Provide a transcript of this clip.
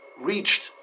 reached